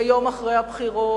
ויום אחרי הבחירות,